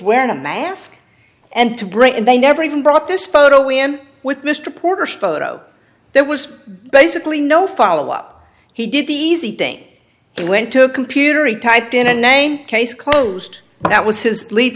wearing a mask and to bring in they never even brought this photo in with mr porter photo there was basically no follow up he did the easy thing and went to a computer he typed in a name case closed but that was his lead